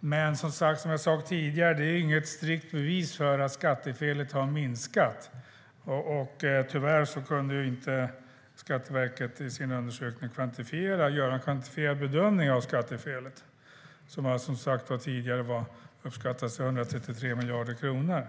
Men som jag sade tidigare: Det är inget strikt bevis för att skattefelet har minskat. Tyvärr kunde inte Skatteverket i sin undersökning göra en kvantifierad bedömning av skattefelet, som man uppskattar till 133 miljarder kronor.